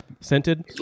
scented